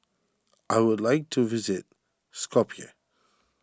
I would like to visit Skopje